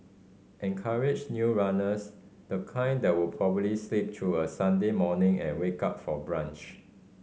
encourage new runners the kind that would probably sleep through a Sunday morning and wake up for brunch